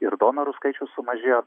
ir donorų skaičius sumažėjo